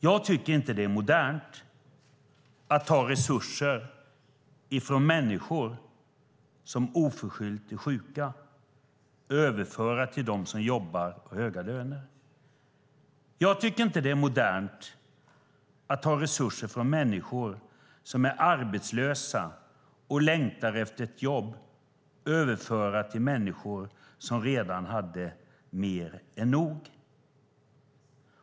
Jag tycker inte att det är modernt att ta resurser från människor som oförskyllt är sjuka och överföra dem till dem som jobbar för höga löner. Jag tycker inte att det är modernt att ta resurser från människor som är arbetslösa och längtar efter ett jobb och överföra dem till människor som redan hade mer än nog.